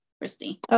Christy